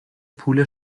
پول